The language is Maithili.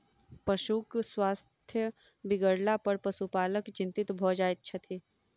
पशुक स्वास्थ्य बिगड़लापर पशुपालक चिंतित भ जाइत छथि